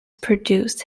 produced